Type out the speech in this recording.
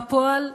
בפועל,